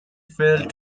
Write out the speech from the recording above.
failed